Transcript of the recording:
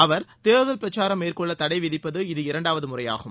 அவர் தேர்தல் பிரச்சாரம் மேற்கொள்ள தடை விதிப்பது இது இரண்டாவது முறையாகும்